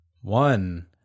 one